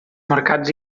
mercats